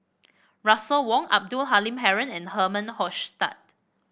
Russel Wong Abdul Halim Haron and Herman Hochstadt